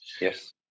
Yes